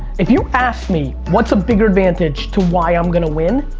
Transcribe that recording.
if you ask me what's a bigger advantage to why i'm gonna win?